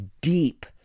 deep